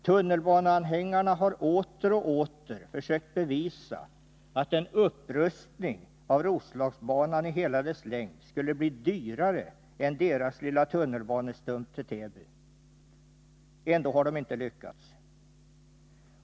Tunnelbaneanhängarna har åter och åter försökt bevisa att en upprustning av Roslagsbanan i hela dess längd skulle bli dyrare än deras lilla tunnelbanestump till Täby. Ändå har de inte lyckats.